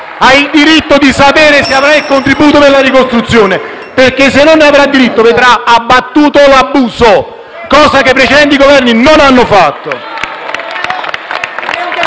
ha il diritto di sapere se avrà il contributo della ricostruzione. Perché, se non ne avrà diritto, vedrà abbattuto l'abuso, cosa che i precedenti Governi non hanno fatto.